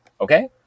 Okay